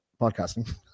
podcasting